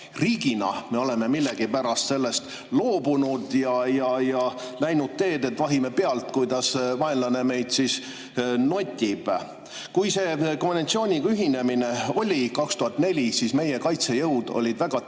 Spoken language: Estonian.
Riigina oleme me millegipärast sellest loobunud ja läinud seda teed, et vahime pealt, kuidas vaenlane meid notib. Kui see konventsiooniga ühinemine oli 2004, siis meie kaitsejõud olid väga teravalt